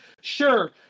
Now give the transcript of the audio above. sure